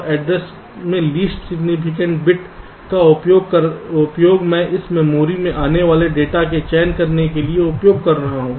और एड्रेस के least significant bit का उपयोग मैं इस मेमोरी से आने वाले डेटा का चयन करने के लिए उपयोग कर रहा हूं